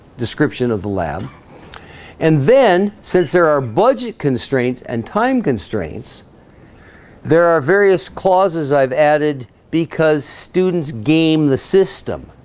description of the lab and then since there are budget constraints and time constraints there are various clauses i've added because students game the system